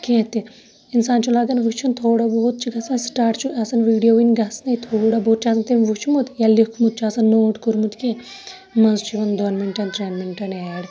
کیٚنٛہہ تہِ اِنسان چھُ لاگان وٕچھن تھوڑا بہت چھُ گَژھان سِٹاٹ چھُ آسان ویٖڈیو وٕنہِ گَژھنٕے تھوڑا بہت چھُ آسان تٔمۍ وٕچھمُت یا لیٛوکھمُت چھُ آساَن نوٹ کوٛرمُت کیٚنٛہہ منزٕ چھُ یِوان دۄن مِنٹَن ترٮ۪ن مِنٹَن ایڈ